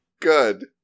good